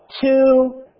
two